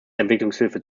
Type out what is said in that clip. entwicklungshilfe